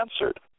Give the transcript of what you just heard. answered